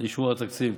לאישור התקציב.